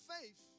faith